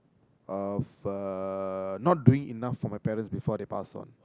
of a not doing enough for my parents before they pass on